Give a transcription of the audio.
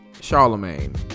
Charlemagne